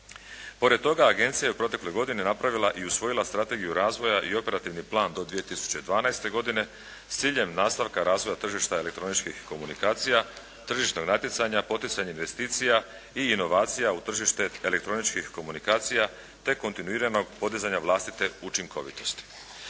Pored toga, agencija je u protekloj godini napravila i usvojila strategiju razvoja i operativni plan do 2012. godine, s ciljem nastavka razvoja tržišta elektroničkih komunikacija, tržišnog natjecanja, poticanja investicija i inovacija u tržište elektroničkih komunikacije te kontinuiranog podizanja vlastite učinkovitosti.